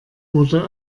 wurde